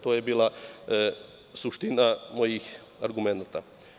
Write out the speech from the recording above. To je bila suština mojih argumenata.